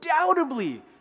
undoubtedly